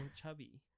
chubby